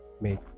make